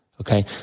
Okay